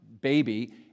baby